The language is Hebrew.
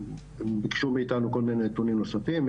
ביקשו מאיתנו כל מיני נתונים נוספים,